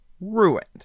ruined